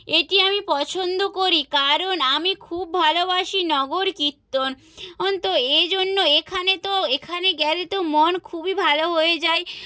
এটি আমি পছন্দ করি কারণ আমি খুব ভালোবাসি নগর কীর্তন অন তো এই জন্য এখানে তো এখানে গেলে তো মন খুবই ভালো হয়ে যায়